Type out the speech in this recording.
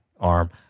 arm